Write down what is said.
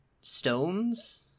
stones